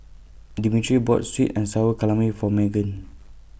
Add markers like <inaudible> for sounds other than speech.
Dimitri bought Sweet and Sour <unintelligible> For Meghan